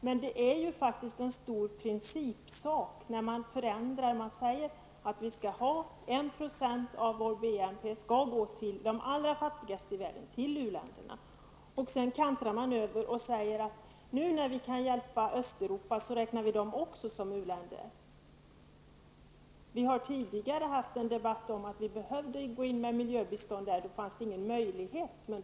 Men det är faktiskt en stor principfråga när man säger att 1 % av BNP skall gå till de allra fattigaste i världen, till u-länderna, och sedan kantrar man över och säger att Östeuropa också skall räknas till u-länderna. Vi har tidigare haft en debatt om behovet av miljöbistånd till Östeuropa. Men då fanns det inga möjligheter.